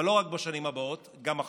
אבל לא רק בשנים הבאות, גם עכשיו,